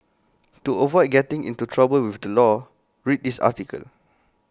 to avoid getting into trouble with the law read this article